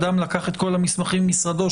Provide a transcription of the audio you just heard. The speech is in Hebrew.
אדם לקח את כל המסמכים ממשרדו,